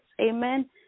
Amen